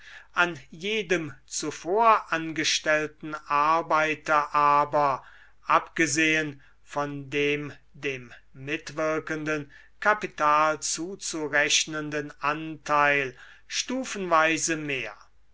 an jedem zuvor angestellten arbeiter aber abgesehen von dem dem mitwirkenden kapital zuzurechnenden anteil stufenweise mehr